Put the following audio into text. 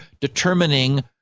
determining